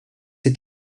est